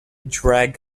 drag